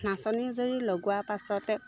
নাচনী জৰি লগোৱা পাছতে